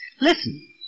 Listen